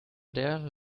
there